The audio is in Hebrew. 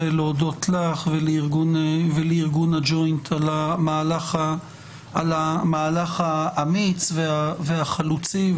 להודות לך ולארגון הג'וינט על המהלך האמיץ והחלוצי,